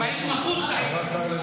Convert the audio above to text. בהתמחות טעיתי.